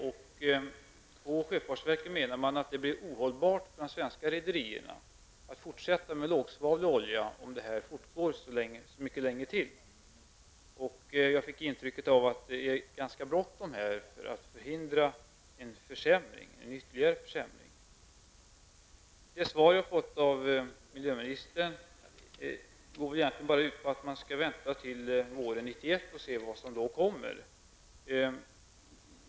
På sjöfartsverket menar man att det blir ohållbart för de svenska rederierna att fortsätta med lågsvavlig olja om detta fortgår. Jag fick intrycket att det är ganska bråttom när det gäller att förhindra en ytterligare försämring. Det svar som jag har fått av miljöministern går egentligen bara ut på att man skall vänta till våren 1991 för att se vad som då kommer.